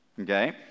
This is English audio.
okay